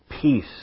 peace